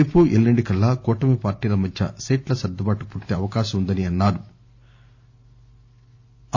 రేపు ఎల్లుండికల్లా కూటమి పార్టీల మధ్య సీట్ల సర్దుబాటు పూర్తయ్యే అవకాశం ఉందన్సారు